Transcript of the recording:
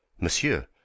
Monsieur